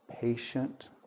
patient